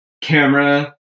camera